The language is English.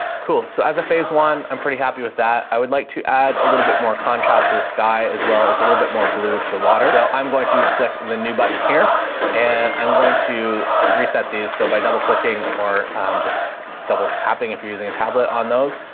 cool. so as a phase one i'm pretty happy with that. i would like to add a little bit more contrast to the sky as well as a little bit more blue to the water. so i'm going to click the new button here and i'm going to reset these. so by double clicking or just double tapping, if you're using a tablet on those,